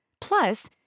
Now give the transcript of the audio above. Plus